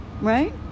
right